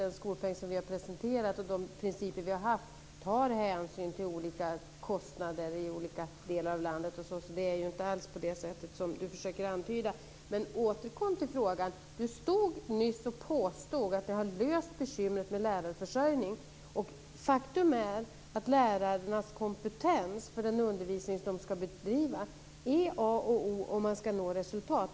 Den skolpeng som vi har presenterat och de principer som vi har tillämpat tar hänsyn till olika kostnader i olika delar av landet. Det är ju inte alls på det sätt som Gunnar Goude försöker att antyda. Men återkom gärna till den frågan. Gunnar Goude påstod nyss att ni har löst bekymret med lärarförsörjningen. Faktum är att lärarnas kompetens för den undervisning som de ska bedriva är a och o om man ska nå resultat.